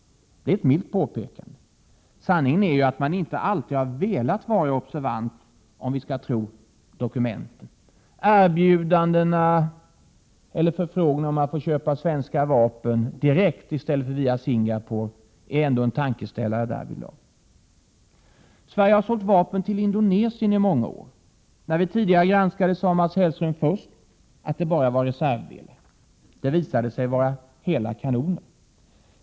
Det är ett milt påpekande. Sanningen är ju att man inte alltid har velat vara observant, om vi skall tro dokumenten. Erbjudanden och förfrågningar om köp av svenska vapen direkt i stället för via Singapore är ändå en tankeställare därvidlag. Sverige har sålt vapen till Indonesien i många år. När utskottet tidigare granskade sade Mats Hellström först att det bara var reservdelar. Det visade sig vara hela kanoner.